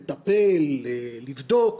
לבדוק,